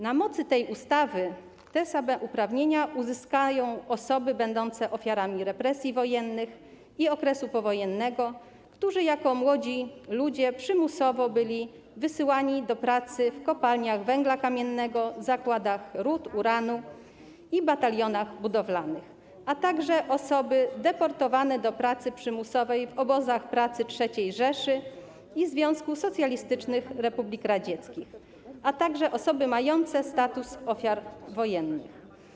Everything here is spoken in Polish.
Na mocy tej ustawy te same uprawnienia uzyskają osoby będące ofiarami represji wojennych i okresu powojennego, które jako młodzi ludzie przymusowo były wysyłane do pracy w kopalniach węgla kamiennego, zakładach rud uranu i batalionach budowlanych, a także osoby deportowane do pracy przymusowej w obozach pracy III Rzeszy i Związku Socjalistycznych Republik Radzieckich i osoby mające status ofiar wojennych.